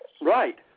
Right